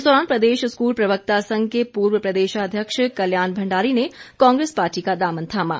इस दौरान प्रदेश स्कूल प्रवक्ता संघ के पूर्व प्रदेशाध्यक्ष कल्याण भंडारी ने कांग्रेस पार्टी का दामन थामा